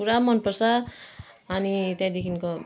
पुरा मनपर्छ अनि त्यहाँदेखिको